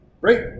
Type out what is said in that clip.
Great